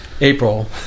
April